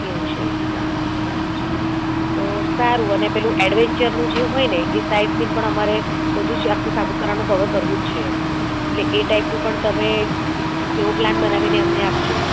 એવું છે એમ સારું બરાબર છે તો સારું અને પેલું એડવેન્ચરનું જે હોય ને એ સાઈડ સીન પણ અમારે બધું જ આખું સાપુતારાનું કવર કરવું જ છે એટલે એ ટાઈપનું પણ તમે એવો પ્લાન બનાવીને અમને આપજો